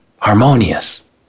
harmonious